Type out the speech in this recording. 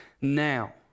now